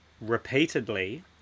repeatedly